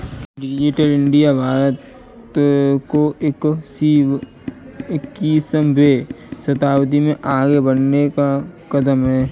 digital India Bharat को इक्कीसवें शताब्दी में आगे बढ़ने का कदम है